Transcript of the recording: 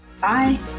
Bye